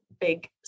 big